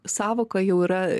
sąvoka jau yra